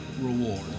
reward